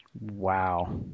Wow